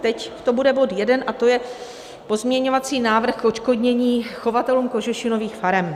Teď to bude bod jeden, a to je pozměňovací návrh k odškodnění chovatelům kožešinových farem.